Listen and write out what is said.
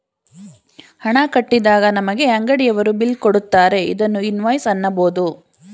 ಹಣ ಕಟ್ಟಿದಾಗ ನಮಗೆ ಅಂಗಡಿಯವರು ಬಿಲ್ ಕೊಡುತ್ತಾರೆ ಇದನ್ನು ಇನ್ವಾಯ್ಸ್ ಅನ್ನಬೋದು